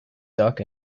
duck